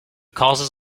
causes